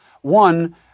One